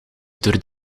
door